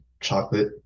chocolate